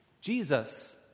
Jesus